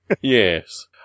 Yes